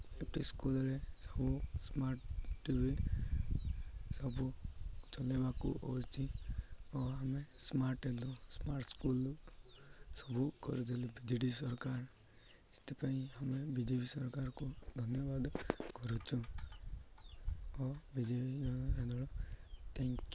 five ଟି ସ୍କୁଲ୍ରେ ସବୁ ସ୍ମାର୍ଟ୍ ଟି ଭି ସବୁ ଚଲାଇବାକୁ ହେଉଛି ଓ ଆମେ ସ୍ମାର୍ଟ୍ ହେଲୁ ସ୍ମାର୍ଟ୍ ସ୍କୁଲ୍ ସବୁ କରିଦେଲେ ବି ଜେ ଡ଼ି ସରକାର ସେଥିପାଇଁ ଆମେ ବି ଜେ ପି ସରକାରକୁ ଧନ୍ୟବାଦ କରୁଛୁ ଓ B J P thank you